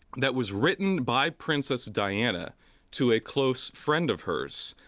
that was written by princess diana to a close friend of hers,